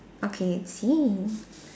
okay same